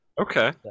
Okay